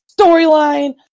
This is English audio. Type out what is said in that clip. storyline